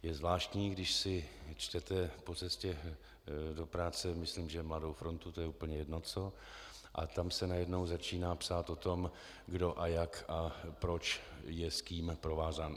Je zvláštní, když si čtete po cestě do práce myslím že Mladou frontu, to je úplně jedno co, a tam se najednou začíná psát o tom, kdo a jak a proč je s kým provázán.